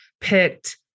picked